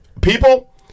people